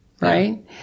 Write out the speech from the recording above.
right